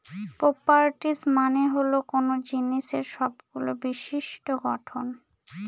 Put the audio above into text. properties মানে হল কোনো জিনিসের সবগুলো বিশিষ্ট্য গঠন